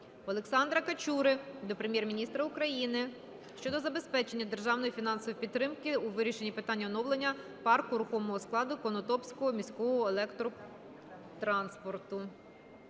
Олександра Качури до Прем'єр-міністра України щодо забезпечення державної фінансової підтримки у вирішенні питань оновлення парку рухомого складу Конотопського міського електротранспорту.